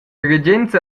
regenza